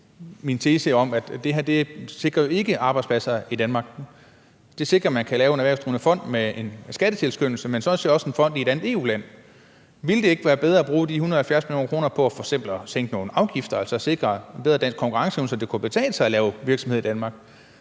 min tese om, at det her ikke sikrer arbejdspladser i Danmark. Det sikrer, at man kan lave en erhvervsdrivende fond med en skattemæssig tilskyndelse, men sådan set også en fond i et andet EU-land. Ville det ikke være bedre at bruge de 170 mio. kr. på f.eks. at sænke nogle afgifter, altså sikre en bedre dansk konkurrenceevne, så det kunne betale sig at lave virksomhed i Danmark,